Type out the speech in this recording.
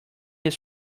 him